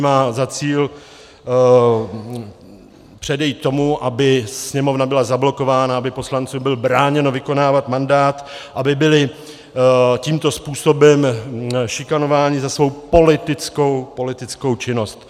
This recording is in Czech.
Má za cíl předejít tomu, aby Sněmovna byla zablokována, aby poslancům bylo bráněno vykonávat mandát, aby byli tímto způsobem šikanováni za svou politickou činnost.